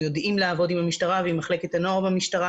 יודעים לעבוד עם המשטרה ועם מחלקת הנוער במשטרה